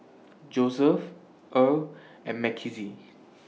Joeseph Earl and Mckenzie